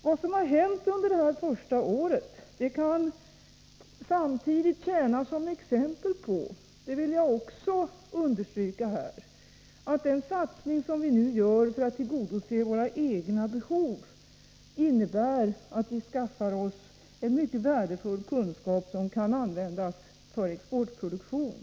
Vad som har hänt under det här första året kan samtidigt tjäna som exempel på — det vill jag också understryka — att den satsning som vi nu gör för att tillgodose våra egna behov innebär att vi skaffar oss en mycket värdefull kunskap som kan användas för exportproduktion.